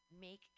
make